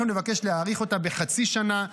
אנחנו נבקש להאריך אותה בחצי שנה,